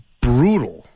brutal